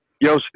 Yo